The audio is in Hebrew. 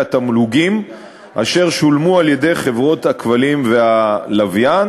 התמלוגים אשר שולמו על-ידי חברות הכבלים והלוויין,